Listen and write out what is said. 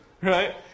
right